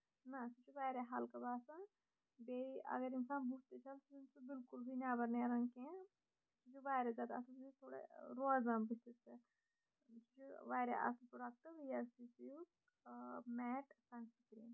نہ سُہ چھُ واریاہ ہلکہٕ باسان بیٚیہِ اَگر اِنسان بُتھ تہِ چھلہِ سُہ چھُنہٕ سُہ بِلکُل تہِ نیبر نیران کیٚنٛہہ سُہ چھُ واریاہ زیادٕ اَصٕل سُہ چھُ تھوڑا روزان بٔتھس پٮ۪ٹھ یہِ چھُ واریاہ اَصٕل پروڈکٹ وی اٮ۪ل سی سی یُک میٹ سَن سنسکرین